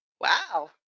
Wow